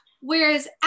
Whereas